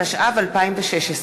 התשע"ו 2016,